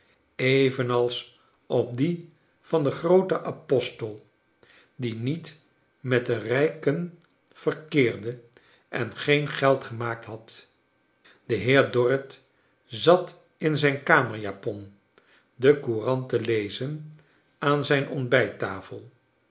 evenals op dien van den grooten apostel die niet met de rijken verkeerde en geen geld gemaakt had de heer dorrit zat in zijn kamerjapon de courant te lezen aan zijn ontbijttafel